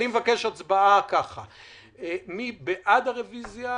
אני מבקש להצביע מי בעד הרוויזיה,